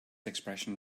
expression